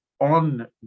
on